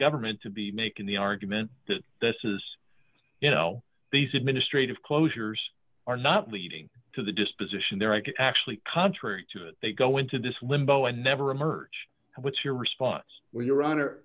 government to be making the argument that this is you know these administrative closures are not leading to the disposition there i could actually contrary to it they go into this limbo and never emerge and what's your response when you're under